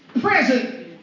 present